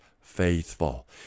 faithful